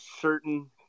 certain –